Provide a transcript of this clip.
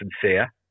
sincere